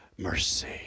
mercy